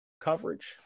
coverage